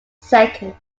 second